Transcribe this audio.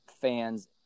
fans